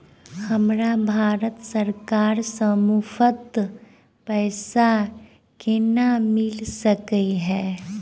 हमरा भारत सरकार सँ मुफ्त पैसा केना मिल सकै है?